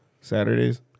Saturdays